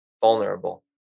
vulnerable